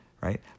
right